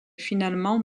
finalement